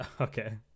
Okay